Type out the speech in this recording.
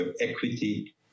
equity